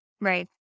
right